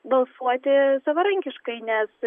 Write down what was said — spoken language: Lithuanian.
balsuoti savarankiškai nes